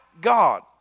God